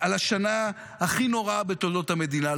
על השנה הכי נוראה בתולדות המדינה,